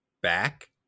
back